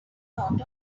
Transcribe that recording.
thought